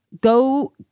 go